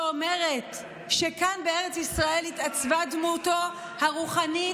שאומרת שכאן בארץ ישראל התעצבה דמותו הרוחנית,